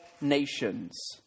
nations